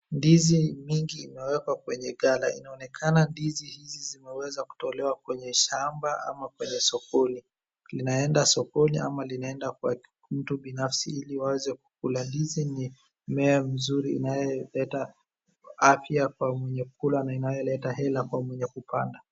Ndizi nyingi imewekwa kwenye ghala. Inaonekana ndizi hizi zimeweza kutolewa kwenye shamba ama kwenye sokoni. Linaenda sokoni ama linaenda kwa mtu binafsi ili waweze kukula. Ndizi ni mmea mzuri inayoleta afya kwa mwenye kula na inayoleta hela kwa mwenye kupanda.